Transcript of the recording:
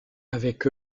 avec